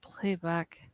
playback